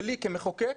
שלי כמחוקק,